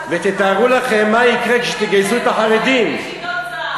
ומה הם עושים עד, הם עושים את זה ביחידות צה"ל.